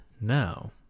now